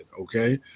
okay